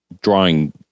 drawing